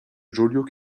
joliot